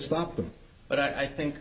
stop them but i think